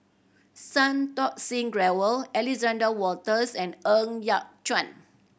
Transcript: Santokh Singh Grewal Alexander Wolters and Ng Yat Chuan